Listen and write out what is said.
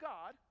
God